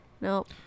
Nope